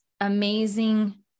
amazing